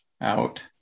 out